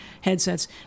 headsets